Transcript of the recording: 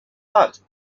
but